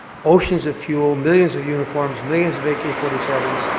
oceans of fuel, millions of uniforms, millions of ak forty seven s.